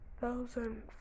thousand